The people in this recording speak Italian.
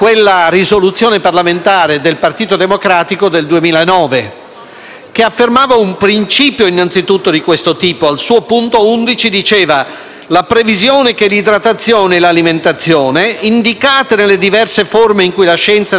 che affermava un principio di questo tipo. Il suo punto 11 diceva: «l'idratazione e l'alimentazione, indicate nelle diverse forme in cui la scienza e la tecnica possono fornirle al paziente - anche in modo artificiale